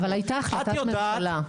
לא, אבל הייתה החלטת ממשלה.